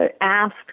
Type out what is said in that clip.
asked